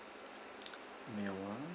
male ah